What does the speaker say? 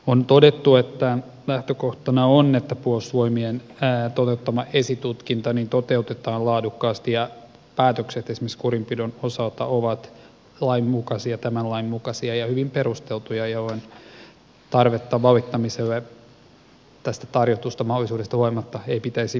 on todettu että lähtökohtana on että puolustusvoimien toteuttama esitutkinta toteutetaan laadukkaasti ja päätökset esimerkiksi kurinpidon osalta ovat tämän lain mukaisia ja hyvin perusteltuja jolloin tarvetta valittamiselle tästä tarjotusta mahdollisuudesta huolimatta ei pitäisi olla